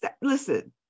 Listen